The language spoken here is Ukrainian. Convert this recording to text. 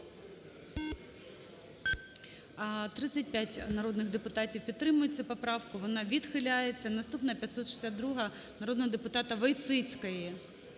35 народних депутатів підтримують цю поправку, вона відхиляється. Наступна - 562-а народного депутатаВойціцької.